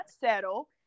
settle